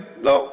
לא,